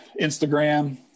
Instagram